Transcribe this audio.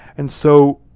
and so,